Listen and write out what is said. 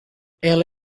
ela